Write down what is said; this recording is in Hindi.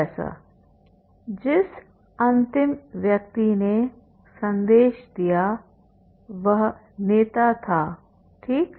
प्रोफेसर जिस अंतिम व्यक्ति ने संदेश दिया वह नेता था ठीक